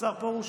השר פרוש,